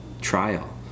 trial